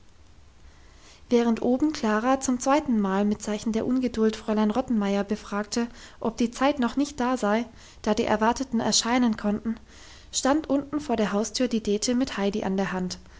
während oben klara zum zweiten mal mit zeichen der ungeduld fräulein rottenmeier befragte ob die zeit noch nicht da sei da die erwarteten erscheinen konnten stand unten vor der haustür die dete mit heidi an der hand